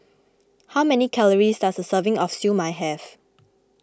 how many calories does a serving of Siew Mai have